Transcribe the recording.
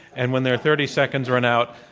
and when their thirty seconds run out,